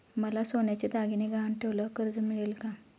मला सोन्याचे दागिने गहाण ठेवल्यावर कर्ज मिळेल का?